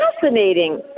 fascinating